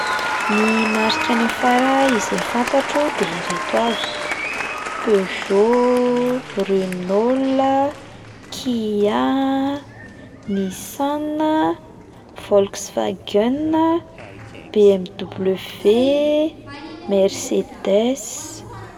Ny marikanà fiara izay fantatro de ireto avy: Peugeot, Renault a, Kia, Nissan a, Volkswagen a, BMW, Mercedes.